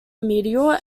meteor